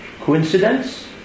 coincidence